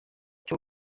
cyo